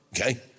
okay